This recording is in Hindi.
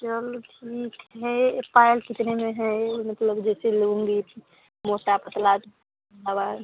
चलो ठीक है पायल कितने में है मतलब जैसे लूंगी मोटा पतला